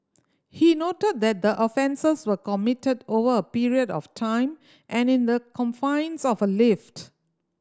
he noted that the offences were committed over a period of time and in the confines of a lift